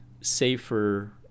safer